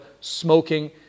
smoking